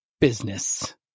business